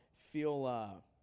feel